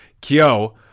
Kyo